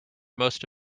most